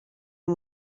yng